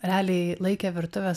realiai laikė virtuves